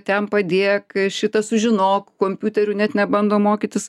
ten padėk šitą sužinok kompiuteriu net nebando mokytis